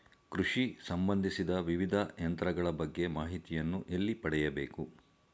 ಕೃಷಿ ಸಂಬಂದಿಸಿದ ವಿವಿಧ ಯಂತ್ರಗಳ ಬಗ್ಗೆ ಮಾಹಿತಿಯನ್ನು ಎಲ್ಲಿ ಪಡೆಯಬೇಕು?